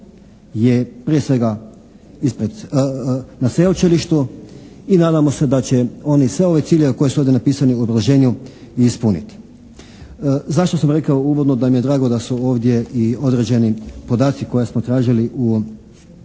je prije svega ispred, na sveučilištu i nadamo se da će oni sve ove ciljeve koji su ovdje napisani u obrazloženju i ispuniti. Zašto sam rekao uvodno da mi je drago da su ovdje i određeni podaci koje smo tražili u prvom